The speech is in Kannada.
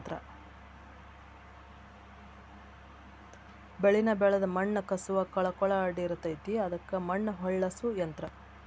ಬೆಳಿನ ಬೆಳದ ಮಣ್ಣ ಕಸುವ ಕಳಕೊಳಡಿರತತಿ ಅದಕ್ಕ ಮಣ್ಣ ಹೊಳ್ಳಸು ಯಂತ್ರ